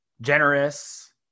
generous